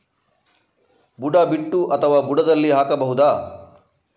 ಬುಡ ಬಿಟ್ಟು ಅಥವಾ ಬುಡದಲ್ಲಿ ಹಾಕಬಹುದಾ?